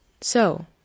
So